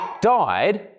died